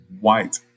white